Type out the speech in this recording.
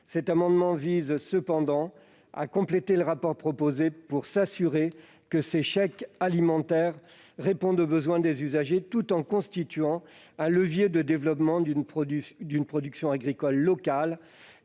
Cet amendement vise à compléter le rapport proposé pour s'assurer que ces chèques alimentaires répondent aux besoins des usagers, tout en constituant un levier de développement d'une production agricole locale,